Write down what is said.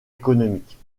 économiques